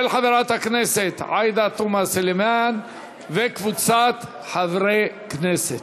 של חברת הכנסת עאידה תומא סלימאן וקבוצת חברי הכנסת.